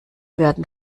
werden